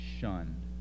shunned